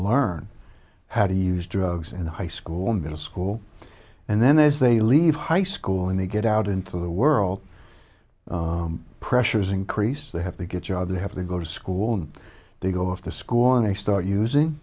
learn how to use drugs and high school middle school and then those they leave high school and they get out into the world pressures increase they have to get jobs they have to go to school and they go off to school and they start using